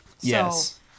Yes